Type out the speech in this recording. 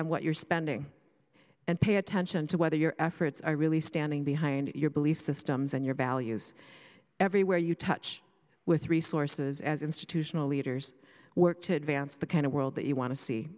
of what you're spending and pay attention to whether your efforts are really standing behind your belief systems and your values everywhere you touch with resources as institutional leaders work to advance the kind of world that you want to see